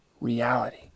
reality